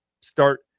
start